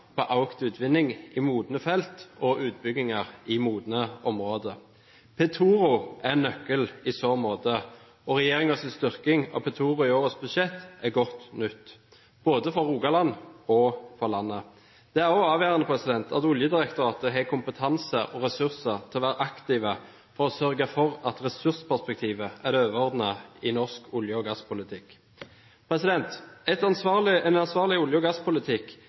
på økt utvinning i modne felt og utbygginger i modne områder. Petoro er en nøkkel i så måte. Regjeringens styrking av Petoro i årets budsjett er godt nytt, både for Rogaland og for landet. Det er også avgjørende at Oljedirektoratet har kompetanse og ressurser til å være aktive for å sørge for at ressursperspektivet er det overordnede i norsk olje- og gasspolitikk. En ansvarlig olje- og gasspolitikk